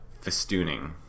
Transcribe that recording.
festooning